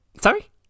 Sorry